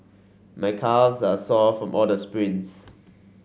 my calves are sore from all the sprints